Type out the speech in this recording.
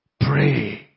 Pray